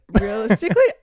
realistically